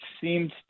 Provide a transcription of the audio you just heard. seems